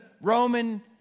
Roman